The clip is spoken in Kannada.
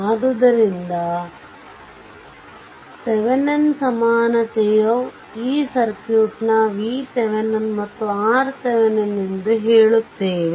ಆದ್ದರಿಂದ ಈ ಥೆವೆನಿನ್ನ ಸಮಾನತೆಯು ಈ ಸರ್ಕ್ಯೂಟ್ ನ vThevenin ಮತ್ತು RThevenin ಎಂದು ಹೇಳುತ್ತೇವೆ